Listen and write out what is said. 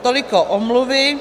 Toliko omluvy.